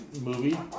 movie